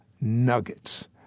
nuggets